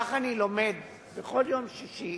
כך, אני לומד בכל יום שישי